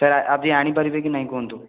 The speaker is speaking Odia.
ସାର୍ ଆଜି ଆଣିପାରିବେ କି ନାହିଁ କୁହନ୍ତୁ